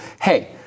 hey